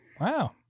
Wow